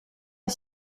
are